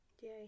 Yay